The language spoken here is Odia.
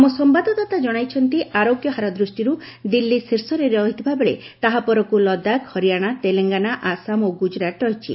ଆମ ସମ୍ବାଦଦାତା ଜଣାଇଛନ୍ତି ଆରୋଗ୍ୟ ହାର ଦୃଷ୍ଟିରୁ ଦିଲ୍ଲୀ ଶୀର୍ଷରେ ଥିବାବେଳେ ତାହା ପରକୁ ଲଦାଖ ହରିଆଣା ତେଲଙ୍ଗାନା ଆସାମ ଓ ଗୁଜରାତ ରହିଛି